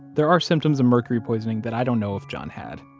there are symptoms of mercury poisoning that i don't know if john had.